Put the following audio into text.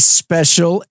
special